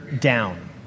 down